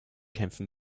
kämpfen